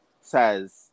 says